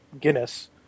Guinness